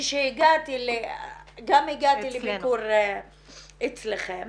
כשהגעתי גם לביקור אצלכם